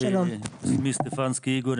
שמי סטפנסקי איגור,